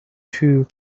two